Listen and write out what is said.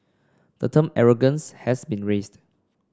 the term arrogance has been raised